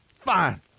fine